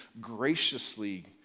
graciously